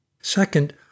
Second